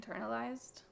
internalized